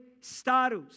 status